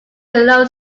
below